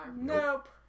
Nope